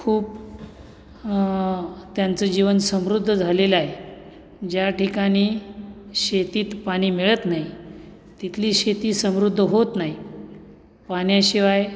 खूप त्यांचं जीवन समृद्ध झालेलं आहे ज्या ठिकाणी शेतीत पाणी मिळत नाही तिथली शेती समृद्ध होत नाही पाण्याशिवाय